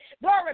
Glory